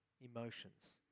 emotions